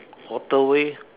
waterway